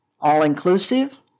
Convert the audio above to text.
All-inclusive